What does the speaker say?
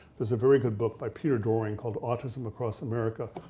there's a very good book by peter doehring called autism across america,